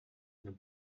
and